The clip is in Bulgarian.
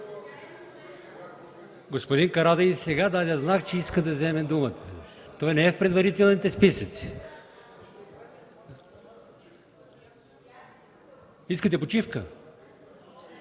Господин Карадайъ сега даде знак, че иска да вземе думата. Той не е в предварителните списъци.